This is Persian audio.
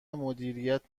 مدیریت